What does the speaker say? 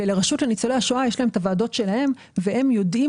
לרשות לניצולי השואה יש את הוועדות שלה והיא יודעת